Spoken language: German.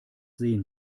sehen